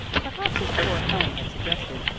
perhaps, as poor helen had suggested,